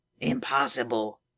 Impossible